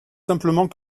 simplement